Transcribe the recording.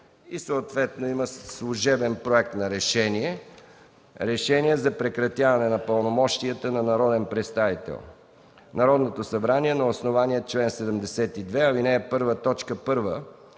Има съответно и служебен Проект на решение: „РЕШЕНИЕ за прекратяване на пълномощията на народен представител Народното събрание на основание чл. 72, ал. 1,